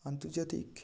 আন্তর্জাতিক